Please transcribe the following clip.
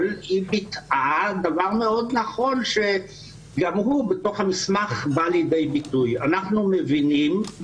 היא ביטאה דבר מאוד נכון שגם הוא בא לידי ביטוי בתוך המסמך.